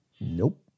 Nope